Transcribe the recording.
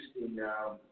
interesting